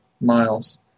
miles